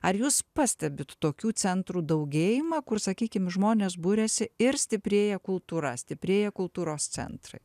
ar jūs pastebit tokių centrų daugėjimą kur sakykim žmonės buriasi ir stiprėja kultūra stiprėja kultūros centrai